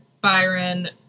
Byron